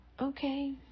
Okay